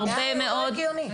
בעיניי, הוא לא הגיוני.